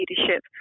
leadership